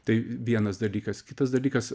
tai vienas dalykas kitas dalykas